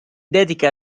dedica